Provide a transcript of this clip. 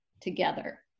together